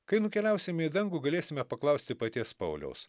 kai nukeliausime į dangų galėsime paklausti paties pauliaus